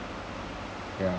ya